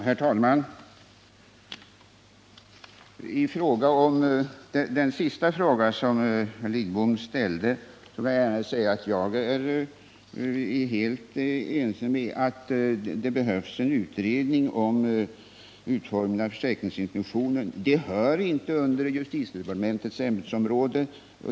Herr talman! Som svar på den sista frågan som herr Lidbom ställde vill jag gärna säga att jag är helt ense med herr Lidbom om att det behövs en utredning om utformningen av försäkringsinspektionen. Detta hör emellertid inte till justitiedepartementets ämbetsområde.